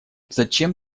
зачем